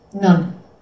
None